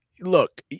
Look